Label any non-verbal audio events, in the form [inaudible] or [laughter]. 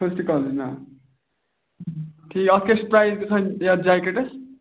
first [unintelligible] جناب ٹھی یَتھ کیٛاہ چھِ پرٛایِز گژھان یَتھ جٮ۪کٮ۪ٹَس